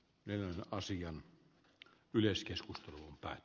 yhä asian yleiskeskustelua